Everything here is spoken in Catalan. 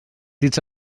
dits